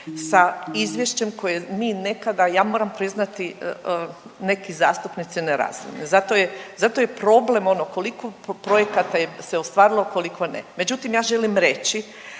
sa izvješćem koje mi nekada ja moram priznati neki zastupnici ne razumiju, zato je problem ono koliko projekata se ostvarilo koliko ne. Međutim ja želim reći